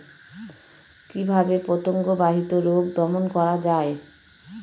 কিভাবে পতঙ্গ বাহিত রোগ দমন করা যায়?